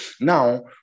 Now